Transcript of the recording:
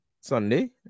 Sunday